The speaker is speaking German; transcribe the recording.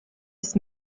des